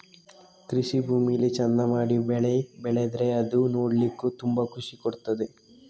ಕೃಷಿ ಭೂಮಿಲಿ ಚಂದ ಮಾಡಿ ಬೆಳೆ ಬೆಳೆದ್ರೆ ಅದು ನೋಡ್ಲಿಕ್ಕೂ ತುಂಬಾ ಖುಷಿ ಕೊಡ್ತದೆ